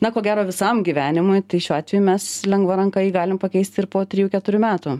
na ko gero visam gyvenimui tai šiuo atveju mes lengva ranka jį galim pakeisti ir po trijų keturių metų